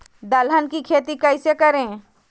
दलहन की खेती कैसे करें?